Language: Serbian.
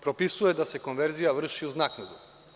Propisuje da se konverzija vrši uz naknadu.